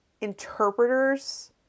interpreters